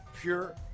pure